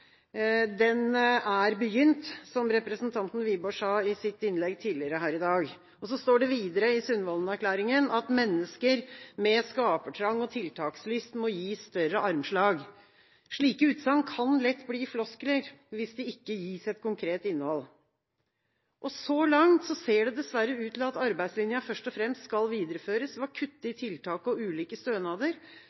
den «vil gi enkeltmennesket større frihet til å styre sitt eget liv uten innblanding fra politikere og byråkrater». Avbyråkratiseringen av samfunnet er begynt, slik representanten Wiborg sa i sitt innlegg tidligere her i dag. I Sundvolden-erklæringen står det videre: «Mennesker med skapertrang og tiltakslyst må gis større armslag.» Slike utsagn kan lett bli floskler hvis de ikke gis et konkret innhold. Så langt ser det dessverre ut til at arbeidslinja først og fremst skal videreføres ved å kutte